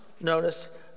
notice